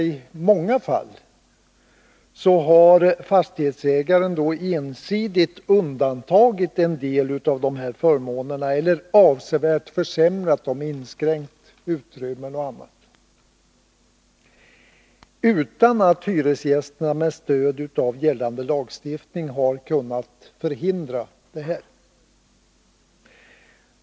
I många fall har fastighetsägaren ensidigt undantagit en del av dessa förmåner eller avsevärt försämrat dem — inskränkt utrymmen och annat — utan att hyresgästerna med stöd av gällande lagstiftning har kunnat förhindra det.